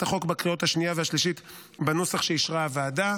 החוק בקריאות השנייה והשלישית בנוסח שאישרה הוועדה.